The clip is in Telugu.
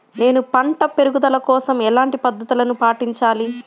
నేను పంట పెరుగుదల కోసం ఎలాంటి పద్దతులను పాటించాలి?